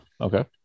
okay